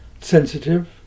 sensitive